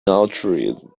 altruism